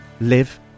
live